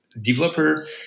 developer